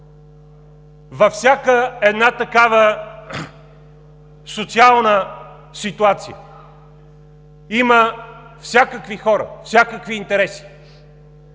Във всяка една такава социална ситуация има всякакви хора, всякакви интереси,